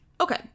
Okay